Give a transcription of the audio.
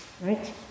Right